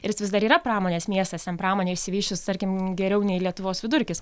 ir jis vis dar yra pramonės miestas ten pramonė išsivysčius tarkim geriau nei lietuvos vidurkis